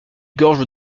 gorges